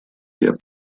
wir